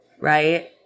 right